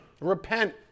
Repent